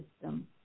system